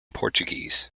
portuguese